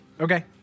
Okay